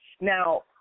Now